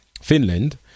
Finland